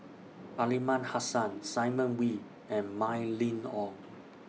Aliman Hassan Simon Wee and Mylene Ong